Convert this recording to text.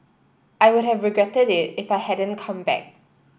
I would have regretted it if I hadn't come back